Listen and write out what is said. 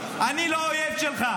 אני לא אני האויב שלך.